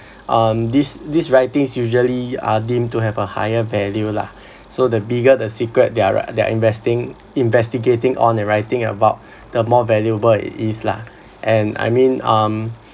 um these these writings usually are deemed to have a higher value lah so the bigger the secret they're they're investing investigating on and writing about the more valuable it is lah and I mean um